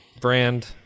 brand